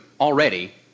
already